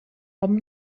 hom